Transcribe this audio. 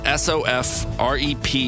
sofrep